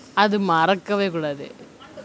அத மறக்கவே கூடாது:athu marakkavae koodathu